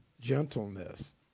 gentleness